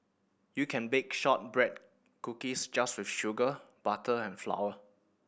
you can bake shortbread cookies just with sugar butter and flour